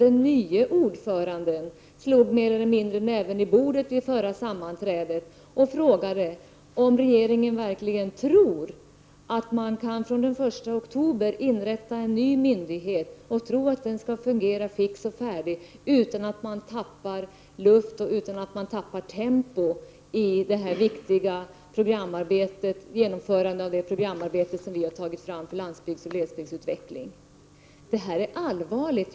Den nya ordföranden slog mer eller mindre näven i bordet under förra sammanträdet och frågade om regeringen verkligen tror att man den 1 oktober kan inrätta en ny myndighet och att den skall fungera fix och färdig utan att man tappar luft och tempo vid genomförandet av det viktiga programarbete som vi har tagit fram för landsbygdsoch glesbygdsutveckling. Detta är allvarligt.